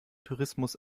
tourismus